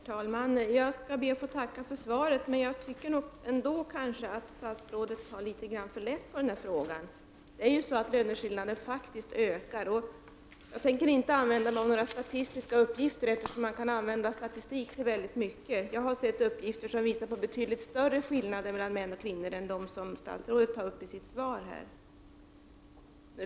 Herr talman! Jag skall be att få tacka för svaret, men jag tycker att statsrådet tar litet för lätt på frågan. Löneskillnaderna ökar faktiskt. Jag tänker inte använda några statistiska uppgifter, eftersom statistik kan användas på många olika sätt. Jag har sett uppgifter som visar på betydligt större löneskillnader mellan män och kvinnor än dem som statsrådet tar upp i sitt svar.